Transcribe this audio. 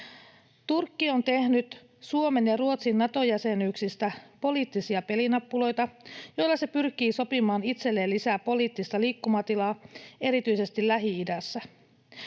Turkki on tehnyt Suomen ja Ruotsin Nato-jäsenyyksistä poliittisia pelinappuloita, joilla se pyrkii sopimaan itselleen lisää poliittista liikkumatilaa erityisesti Lähi-idässä.